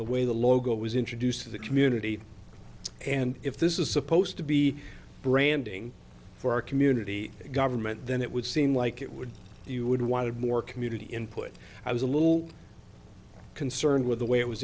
the way the logo was introduced to the community and if this is supposed to be branding for our community government then it would seem like it would you would wanted more community input i was a little concerned with the way it was